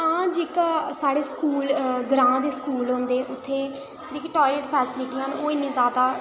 हां जेह्का साढ़े ग्रांऽ दे स्कूल होंदे उत्थै जेह्की टायलेट फैसीलिटियां न ओह् इन्नियां जैदा